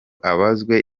abazwe